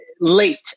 late